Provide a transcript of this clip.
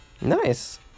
nice